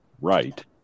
right